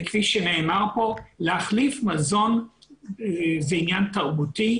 וכפי שנאמר פה להחליף מזון זה עניין תרבותי,